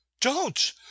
Don't